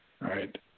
right